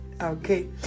okay